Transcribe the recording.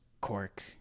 cork